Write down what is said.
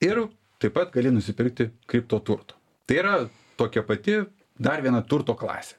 ir taip pat gali nusipirkti kriptoturto tai yra tokia pati dar viena turto klasė